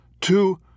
two